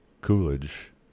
Coolidge